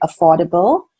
affordable